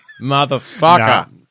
Motherfucker